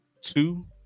two